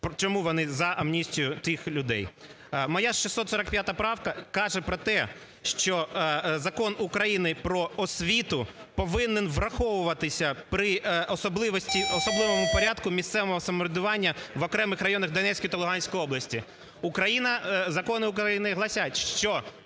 чому вони за амністію тих людей. Моя ж 645 правка каже про те, що Закон України "Про освіту" повинен враховуватися при особливому порядку місцевого самоврядування в окремих районах Донецької та Луганської областях. Україна… закони України гласять, що